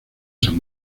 san